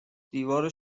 دیوار